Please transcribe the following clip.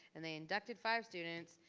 and they inducted five students,